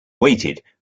waited